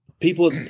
people